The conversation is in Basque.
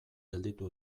gelditu